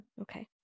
Okay